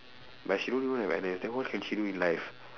but she don't even have N_S then what can she do in life